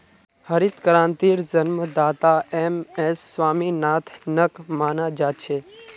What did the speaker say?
हरित क्रांतिर जन्मदाता एम.एस स्वामीनाथनक माना जा छे